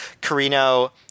Carino